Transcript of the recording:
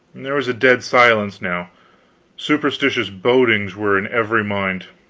there was a dead silence now superstitious bodings were in every mind.